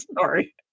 Sorry